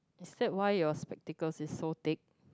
is that why your spectacles is so thick